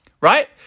right